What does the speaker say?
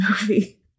movie